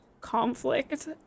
conflict